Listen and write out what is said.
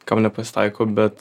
kam nepasitaiko bet